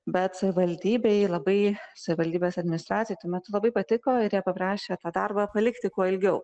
bet savivaldybei labai savivaldybės administracijai tuo metu labai patiko ir jie paprašė tą darbą palikti kuo ilgiau